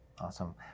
Awesome